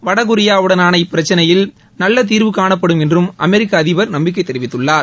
வடகொரியாவுடனான பிரச்சினையில் நல்ல தீர்வு காணப்படும் என்றும் அமெரிக்க அதிபர் நம்பிக்கை தெரிவித்துள்ளார்